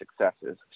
successes